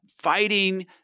fighting